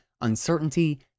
uncertainty